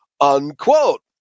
unquote